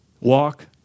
walk